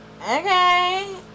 okay